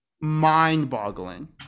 mind-boggling